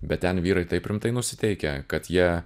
bet ten vyrai taip rimtai nusiteikę kad jie